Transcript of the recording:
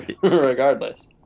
regardless